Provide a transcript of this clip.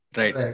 right